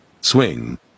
Swing